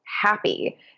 happy